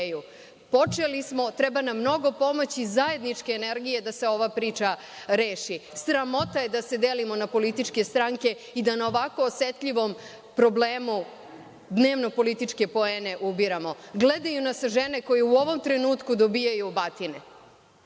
Počeli smo, treba nam mnogo pomoći, zajedničke energije da se ova priča reši. Sramota je da se delimo na političke stranke i da na ovako osetljivom problemu dnevno političke probleme ubiramo. Gledaju nas žene koje u ovom trenutku dobijaju batine.